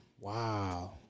Wow